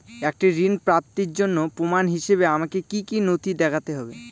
একটি ঋণ প্রাপ্তির জন্য প্রমাণ হিসাবে আমাকে কী কী নথি দেখাতে হবে?